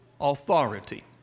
authority